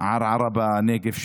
ערערה בנגב,